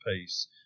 peace